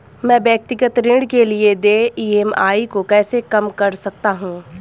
मैं व्यक्तिगत ऋण के लिए देय ई.एम.आई को कैसे कम कर सकता हूँ?